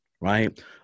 right